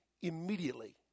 Immediately